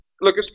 Look